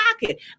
pocket